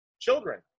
children